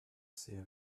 ces